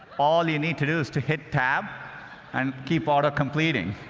all you need to do is to hit tab and keep auto-completing.